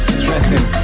stressing